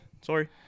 sorry